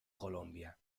colombia